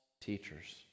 teachers